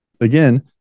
again